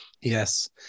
yes